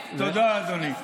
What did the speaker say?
תודה, אדוני.